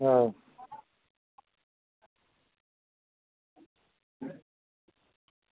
आं